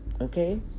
Okay